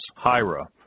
Hira